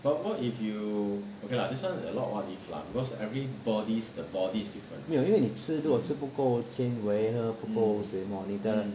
没有因为你吃如果吃不够纤维和不够水 hor 你的